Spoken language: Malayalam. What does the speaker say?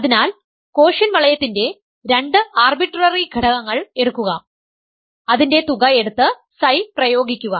അതിനാൽ കോഷ്യന്റ് വലയത്തിന്റെ രണ്ട് ആർബിട്രറി ഘടകങ്ങൾ എടുക്കുക അതിൻറെ തുക എടുത്ത് Ψ പ്രയോഗിക്കുക